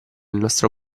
nostro